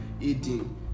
eating